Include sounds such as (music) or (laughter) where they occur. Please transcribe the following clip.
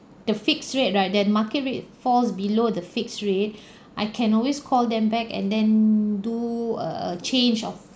the fixed rate right that market rate falls below the fixed rate (breath) I can always call them back and then do err a change of